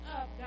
up